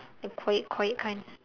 the quiet quiet kind